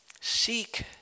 Seek